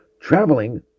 Traveling